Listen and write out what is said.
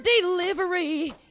delivery